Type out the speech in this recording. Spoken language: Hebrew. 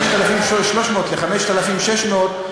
5,300 ל-5,600,